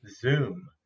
zoom